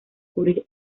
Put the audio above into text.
cubrir